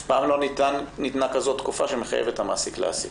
אף פעם לא ניתנה כזאת תקופה שמחייבת את המעסיק להעסיק.